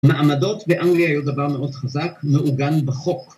מעמדות באנגליה היו דבר מאוד חזק, מעוגן בחוק.